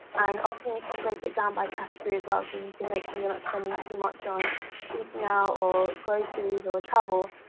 and often you can break it down by category as well so and you can make sure you're not spending too much on eating out or groceries or travel,